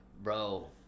Bro